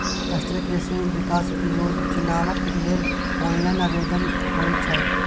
राष्ट्रीय कृषि विकास योजनाम लेल ऑनलाइन आवेदन होए छै